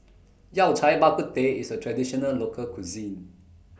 Yao Cai Bak Kut Teh IS A Traditional Local Cuisine